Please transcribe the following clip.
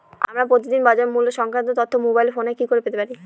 আমরা প্রতিদিন বাজার মূল্য সংক্রান্ত তথ্য মোবাইল ফোনে কি করে পেতে পারি?